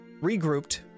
regrouped